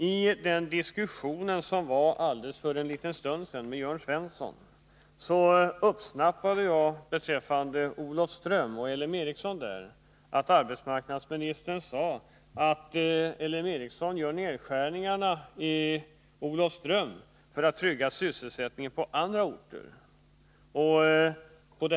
I samband med diskussionen här för en stund sedan med Jörn Svensson uppsnappade jag vad arbetsmarknadsministern sade beträffande Olofström och LM Ericsson där, nämligen att LM Ericsson gör nedskärningarna i Olofström för att trygga sysselsättningen på andra orter.